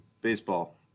baseball